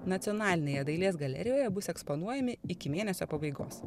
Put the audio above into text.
nacionalinėje dailės galerijoje bus eksponuojami iki mėnesio pabaigos